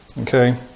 Okay